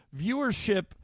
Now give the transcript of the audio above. Viewership